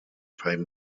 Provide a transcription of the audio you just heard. five